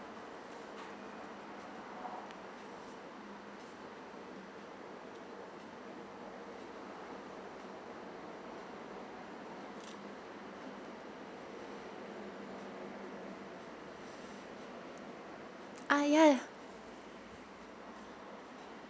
ah ya